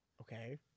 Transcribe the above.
Okay